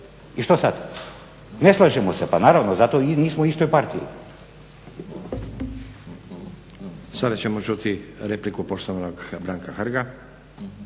i što sada? Ne slažemo se. Pa naravno, zato i nismo u istoj partiji. **Stazić, Nenad (SDP)** Sada ćemo čuti repliku poštovanog Branka Hrga.